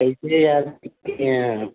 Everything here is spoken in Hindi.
कैसे याद किए हैं